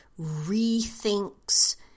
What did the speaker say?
rethinks